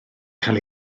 cael